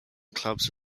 clubs